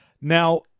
Now